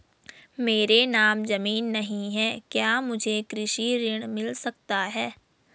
मेरे नाम ज़मीन नहीं है क्या मुझे कृषि ऋण मिल सकता है?